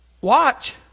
watch